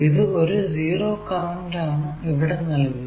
ഇത് ഒരു 0 കറന്റ് ആണ് ഇവിടെ നൽകുക